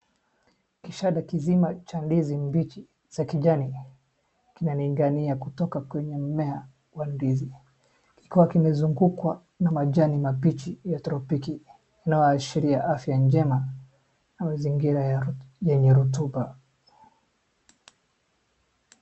Kishada kizima cha ndizi mbichi za kijani kinaning'inia kutoka kwenye mmea wa ndizi. Kikiwa kimezungukwa na majani mabichi ya tropiki inaashiria ya afya njema na mazingira yenye rotuba.